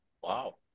Wow